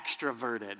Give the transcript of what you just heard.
extroverted